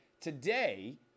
today